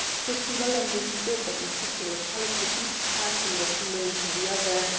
for she well understood that in such a locality each person was known to the other,